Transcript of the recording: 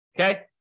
Okay